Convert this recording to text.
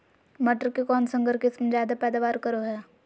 मटर के कौन संकर किस्म जायदा पैदावार करो है?